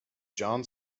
john